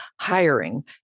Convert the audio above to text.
hiring